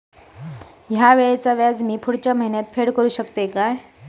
हया वेळीचे व्याज मी पुढच्या महिन्यात फेड करू शकतय काय?